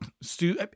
Stu